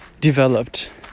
developed